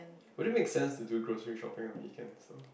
would it make sense to do grocery shopping on weekends still